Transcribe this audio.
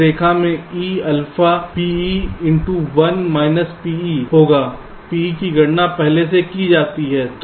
इसलिए इस रेखा पर E alpha PE into 1 minus PE PE में होगा PE की गणना पहले से की जाती है